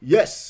Yes